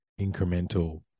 incremental